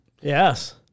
Yes